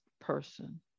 person